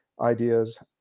ideas